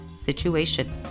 situation